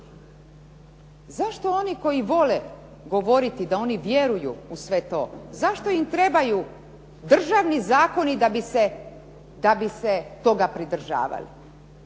Zašto oni koji vole da oni vjeruju u sve to, zašto im trebaju državni zakoni da bi se toga pridržavali?